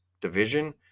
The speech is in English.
division